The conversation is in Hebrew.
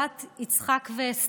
בת יצחק ואסתר,